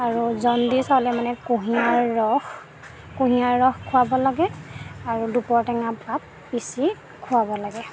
আৰু জণ্ডিচ হ'লে মানে কুঁহিয়াৰ ৰস কুঁহিয়াৰ ৰস খোৱাব লাগে আৰু দুপৰটেঙাৰ পাত পিচি খোৱাব লাগে